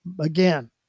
again